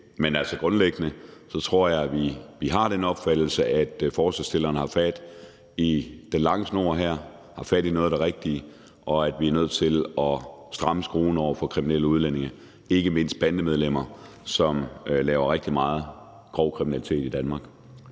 Men altså, grundlæggende har vi den opfattelse, at forslagsstillerne har fat i den lange ende her og har fat i noget af det rigtige, og at vi er nødt til at stramme skruen over for kriminelle udlændinge, ikke mindst bandemedlemmer, som laver rigtig meget grov kriminalitet i Danmark.